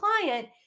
client